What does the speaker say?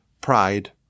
pride